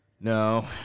No